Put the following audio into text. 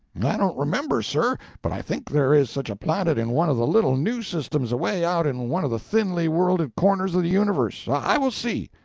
i don't remember, sir, but i think there is such a planet in one of the little new systems away out in one of the thinly worlded corners of the universe. i will see.